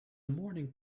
morning